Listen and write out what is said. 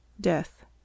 Death